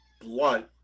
blunt